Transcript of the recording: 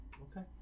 Okay